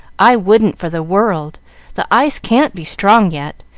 i wouldn't for the world the ice can't be strong yet,